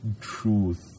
truth